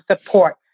support